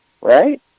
right